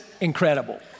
incredible